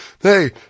hey